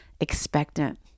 expectant